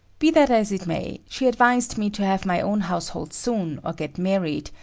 be that as it may, she advised me to have my own household soon, or get married,